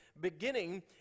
beginning